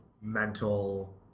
mental